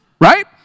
Right